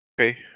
Okay